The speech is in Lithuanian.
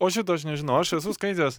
o šito aš nežinau aš esu skaitęs